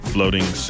Floating